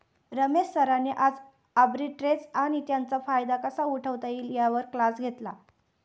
रमेश सरांनी आज आर्बिट्रेज आणि त्याचा फायदा कसा उठवता येईल यावर क्लास घेतला